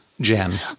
Jen